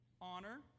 Honor